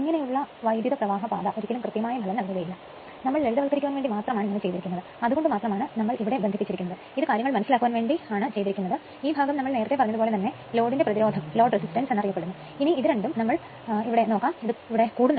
ഇനി ഇത് രണ്ടും നമ്മൾ കൂടുന്നു ഇത് രണ്ടും കൂടുന്നു